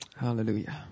Hallelujah